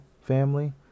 family